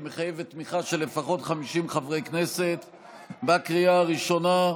היא מחייבת תמיכה של לפחות 50 חברי כנסת בקריאה הראשונה.